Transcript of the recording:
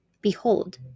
Behold